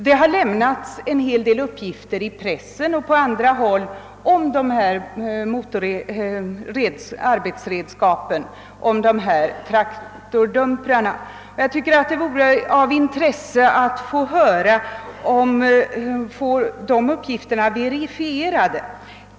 Det har lämnats en hel del uppgifter i pressen och på andra håll om dumpertraktorerna, och jag tycker att det vore av intresse att få dessa uppgifter verifierade.